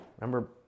Remember